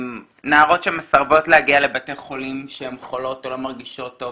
נערות שמסרבות להגיע לבתי חולים כשהן חולות או לא מרגישות טוב